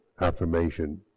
affirmation